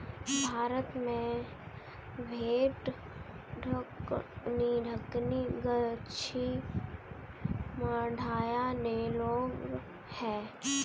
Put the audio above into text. भारत में भेड़ दक्कनी, गद्दी, मांड्या, नेलोर है